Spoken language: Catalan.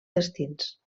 destins